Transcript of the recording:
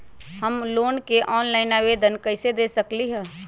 हम लोन के ऑनलाइन आवेदन कईसे दे सकलई ह?